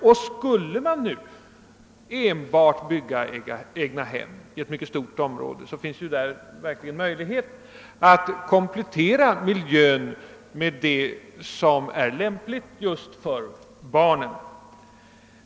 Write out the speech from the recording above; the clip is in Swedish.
Och om man i ett mycket stort område har byggt enbart egnahem, så finns det ju där möjligheter att komplettera miljön med sådant som kan vara lämpligt för barnen.